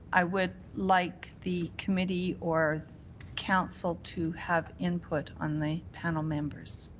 i would like the committee or council to have input on the panel members.